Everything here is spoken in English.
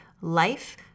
life